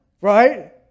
right